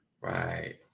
right